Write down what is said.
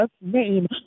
name